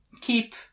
keep